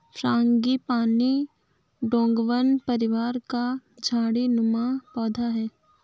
frangipani डोंगवन परिवार का झाड़ी नुमा पौधा है